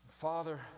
Father